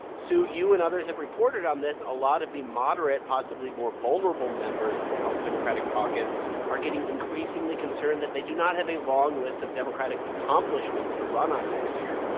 sue, you and others have reported on this. a lot of the moderate, possibly more vulnerable, members of the house democratic caucus are getting increasingly concerned that they do not have a long list of democratic accomplishments to run on next year.